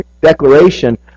declaration